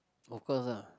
of course ah